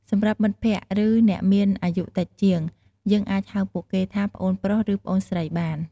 សម្រាប់មិត្តភក្កិ ឬ អ្នកមានអាយុតិចជាង យើងអាចហៅពួកគេថា ប្អូនប្រុស ឬ ប្អូនស្រី បាន។